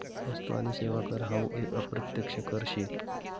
वस्तु आणि सेवा कर हावू एक अप्रत्यक्ष कर शे